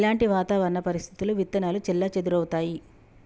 ఎలాంటి వాతావరణ పరిస్థితుల్లో విత్తనాలు చెల్లాచెదరవుతయీ?